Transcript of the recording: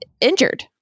injured